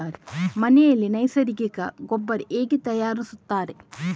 ಮನೆಯಲ್ಲಿ ನೈಸರ್ಗಿಕ ಗೊಬ್ಬರ ಹೇಗೆ ತಯಾರಿಸುತ್ತಾರೆ?